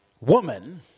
woman